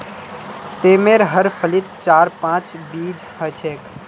सेमेर हर फलीत चार पांच बीज ह छेक